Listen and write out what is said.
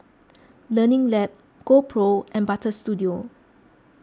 Learning Lab GoPro and Butter Studio